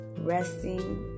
resting